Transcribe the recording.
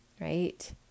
right